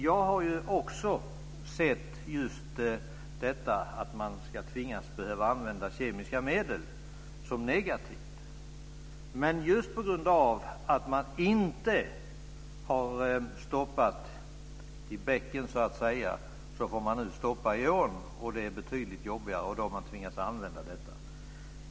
Jag har också sett just detta att man ska tvingas använda kemiska medel som negativt, men just på grund av att man inte har stämt i bäcken får man nu stämma i ån. Det är betydligt jobbigare, och då har man tvingats använda detta.